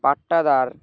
পাট্টাদার